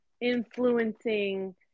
influencing